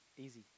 easy